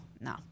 no